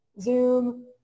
Zoom